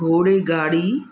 घोड़े गाड़ी